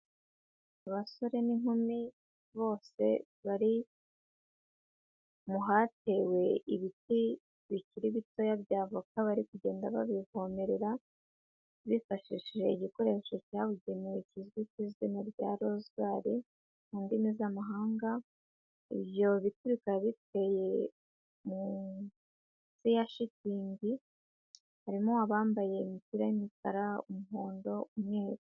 Abasore n'inkumi bose bari mu hatewe ibiti bikiri bitoya bya avoka, bari kugenda babivomerera bifashishije igikoresho cyabugenewe kizwi ku izina rya rozwari mu ndimi z'amahanga, ibyo biti bikaba biteye munsi ya shitingi, harimo abambaye imipira y'umukara, umuhondo, umweru.